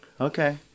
Okay